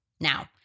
Now